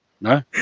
No